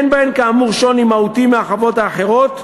אין בהן, כאמור, שוני מהותי מהחוות האחרות,